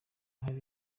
hari